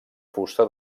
fusta